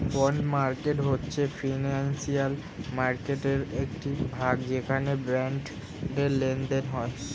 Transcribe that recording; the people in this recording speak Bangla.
বন্ড মার্কেট হয়েছে ফিনান্সিয়াল মার্কেটয়ের একটি ভাগ যেখানে বন্ডের লেনদেন হয়